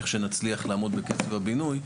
איך שנצליח לעמוד בקצב הבינוי,